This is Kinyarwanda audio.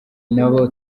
n’abo